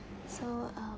so um